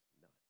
none